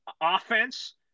offense